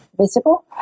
visible